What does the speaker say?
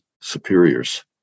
superiors